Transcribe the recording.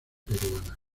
peruana